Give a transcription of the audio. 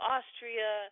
Austria